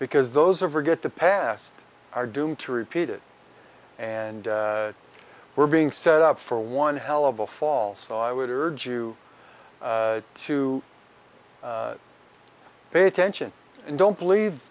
because those are forget the past are doomed to repeat it and we're being set up for one hell of a fall so i would urge you to pay attention and don't believe